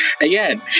Again